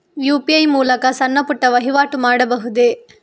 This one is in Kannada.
ಯು.ಪಿ.ಐ ಮೂಲಕ ಸಣ್ಣ ಪುಟ್ಟ ವಹಿವಾಟು ಮಾಡಬಹುದೇ?